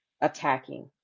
attacking